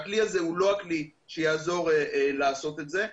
ולא זה הכלי שיעזור לעשות את זה.